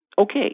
okay